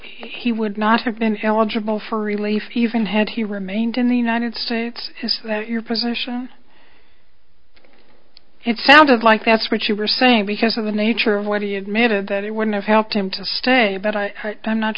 he would not have been eligible for relief even had he remained in the united states your position it sounded like that's what you were saying because of the nature of what he admitted that he would have helped him to stay but i i'm not